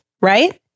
right